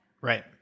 Right